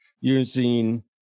using